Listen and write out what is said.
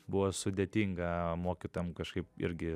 buvo sudėtinga mokytojam kažkaip irgi